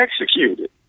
executed